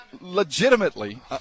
legitimately